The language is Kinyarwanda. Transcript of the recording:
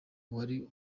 uwari